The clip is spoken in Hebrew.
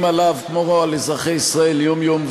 עליו כמו על אזרחי ישראל יום-יום,